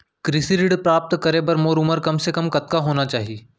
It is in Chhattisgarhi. कृषि ऋण प्राप्त करे बर मोर उमर कम से कम कतका होना चाहि?